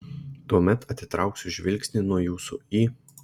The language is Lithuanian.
tuomet atitrauksiu žvilgsnį nuo jūsų į